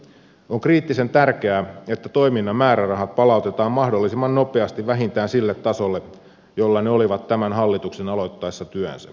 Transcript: on kriittisen tärkeää että toiminnan määrärahat palautetaan mahdollisimman nopeasti vähintään sille tasolle jolla ne olivat tämän hallituksen aloittaessa työnsä